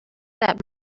that